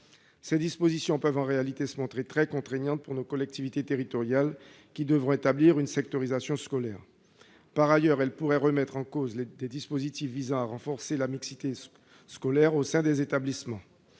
Ce principe pourrait s'avérer très contraignant pour nos collectivités territoriales, qui devront établir une sectorisation scolaire. Par ailleurs, il pourrait remettre en cause des dispositifs visant à renforcer la mixité sociale au sein des établissements